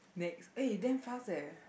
next eh damn fast eh